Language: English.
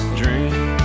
dream